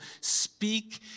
speak